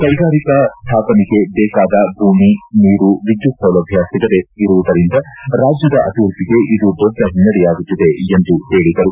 ಕೈಗಾರಿಕಾ ಸ್ಟಾಪನೆಗೆ ಬೇಕಾದ ಭೂಮಿ ನೀರು ವಿದ್ಯುತ್ ಸೌಲಭ್ಡ ಸಿಗದೆ ಇರುವುದರಿಂದ ರಾಜ್ಯದ ಅಭಿವೃದ್ದಿಗೆ ಇದು ದೊಡ್ಡ ಹಿನ್ನೆಡೆಯಾಗುತ್ತಿದೆ ಎಂದು ಹೇಳಿದರು